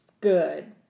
good